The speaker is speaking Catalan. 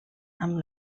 amb